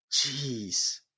Jeez